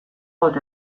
bat